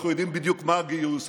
אנחנו יודעים בדיוק מה הגיוס,